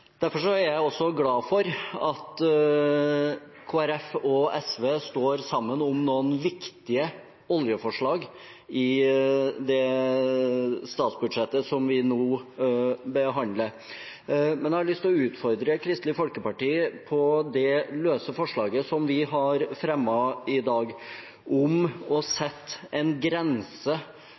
Derfor er jeg også glad for at Kristelig Folkeparti og SV står sammen om noen viktige oljeforslag i det statsbudsjettet som vi nå behandler. Men jeg har lyst til å utfordre Kristelig Folkeparti på det løse forslaget som vi har fremmet i dag, om å sette en grense